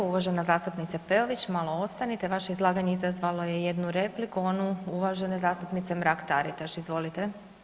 Uvažena zastupnice Peović, malo ostanite, vaše izlaganje izazvalo je jednu repliku, onu uvažene zastupnice Mrak-Taritaš, izvolite.